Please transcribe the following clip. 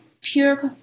pure